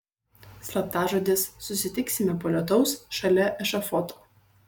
slaptažodis susitiksime po lietaus šalia ešafoto